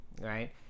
right